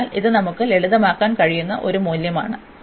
അതിനാൽ ഇത് നമുക്ക് ലളിതമാക്കാൻ കഴിയുന്ന ഒരു മൂല്യമാണ്